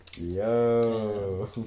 yo